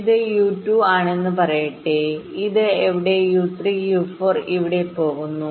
ഇത് U2 ആണെന്ന് പറയട്ടെ ഇത് ഇവിടെ U3 U4 ഇവിടെ പോകുന്നു